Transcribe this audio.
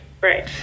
right